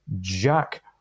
Jack